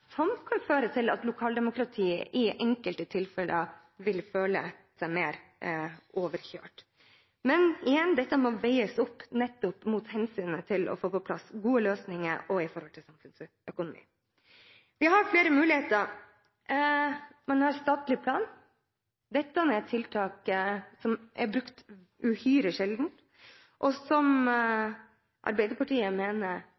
som kan føre til at lokaldemokratiet i enkelte tilfeller vil føle seg mer overkjørt. Men igjen: Dette må veies opp mot hensynet til å få på plass gode løsninger og i forhold til samfunnsøkonomien. Vi har flere muligheter. Man har økt bruk av statlig plan. Det er tiltak som brukes uhyre sjelden, og som Arbeiderpartiet mener